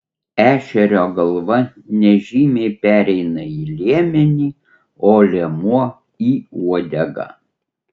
ešerio galva nežymiai pereina į liemenį o liemuo į uodegą